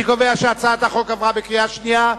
אני קובע שהצעת החוק עברה בקריאה שנייה,